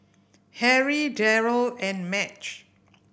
Harry Derald and Madge